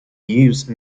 use